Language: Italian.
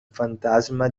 fantasma